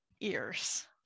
ears